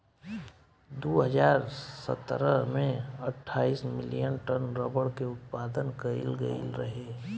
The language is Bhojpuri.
दू हज़ार सतरह में अठाईस मिलियन टन रबड़ के उत्पादन कईल गईल रहे